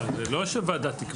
לא, זה לא שוועדה תקבע.